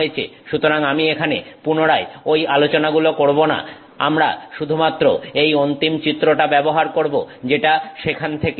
সুতরাং আমি এখানে পুনরায় ঐ আলোচনাগুলো করবো না আমরা শুধুমাত্র এই অন্তিম চিত্রটা ব্যবহার করব যেটা সেখান থেকে এসেছে